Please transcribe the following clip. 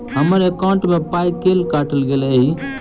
हम्मर एकॉउन्ट मे पाई केल काटल गेल एहि